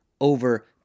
over